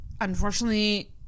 unfortunately